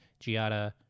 giada